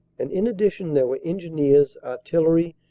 and in addition there were engineers, artillery,